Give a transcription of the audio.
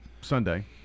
sunday